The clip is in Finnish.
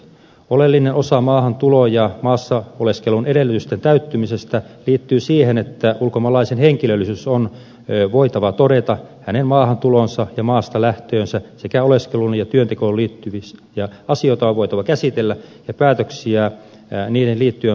oleellinen osa maahantulo ja maassa oleskelun edellytysten täyttymisestä liittyy siihen että ulkomaalaisen henkilöllisyys on voitava todeta hänen maahantuloonsa ja maasta lähtöönsä sekä oleskeluunsa ja työntekoonsa liittyviä asioita on voitava käsitellä ja päätöksiä niihin liittyen on voitava tehdä